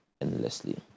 endlessly